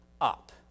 up